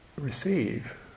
receive